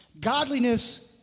Godliness